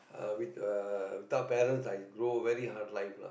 uh with uh without parents I grow very hard life lah